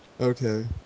Okay